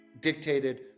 dictated